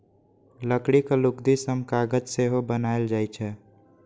लकड़ीक लुगदी सं कागज सेहो बनाएल जाइ छै